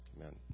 Amen